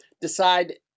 decide